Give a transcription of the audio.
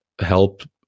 help